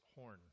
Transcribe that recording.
horn